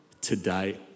today